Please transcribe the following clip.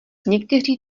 někteří